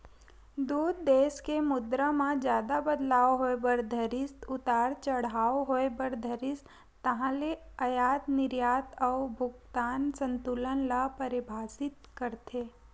दू देस के मुद्रा म जादा बदलाव होय बर धरिस उतार चड़हाव होय बर धरिस ताहले अयात निरयात अउ भुगतान संतुलन ल परभाबित करथे